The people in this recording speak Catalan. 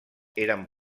eren